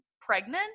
pregnant